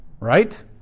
right